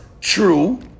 true